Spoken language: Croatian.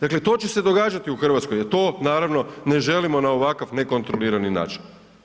Dakle to će se događati u Hrvatskoj ali to naravno ne želimo na ovakav nekontrolirani način.